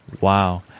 Wow